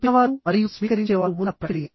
పంపినవారు మరియు స్వీకరించేవారు ఉన్న ప్రక్రియ